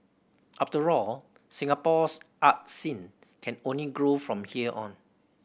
after all Singapore's art scene can only grow from here on